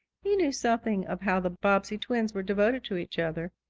he knew something of how the bobbsey twins were devoted to each other.